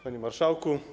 Panie Marszałku!